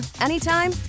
anytime